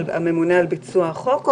הממונה על ביצוע החוק?